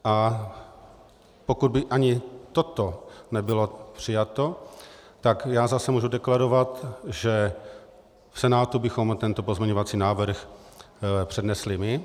A pokud by ani toto nebylo přijato, tak já zase můžu deklarovat, že v Senátu bychom tento pozměňovací návrh přednesli my.